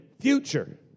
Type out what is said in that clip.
future